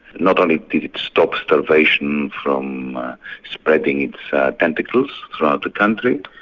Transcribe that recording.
not only did it stop starvation from spreading its tentacles throughout the country,